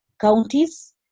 counties